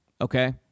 okay